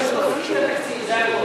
הם פשוט מפסיקים את התקציב, זה הכול.